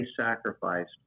sacrificed